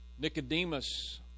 Nicodemus